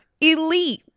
elite